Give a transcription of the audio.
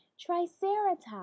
triceratops